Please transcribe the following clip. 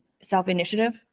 self-initiative